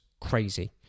crazy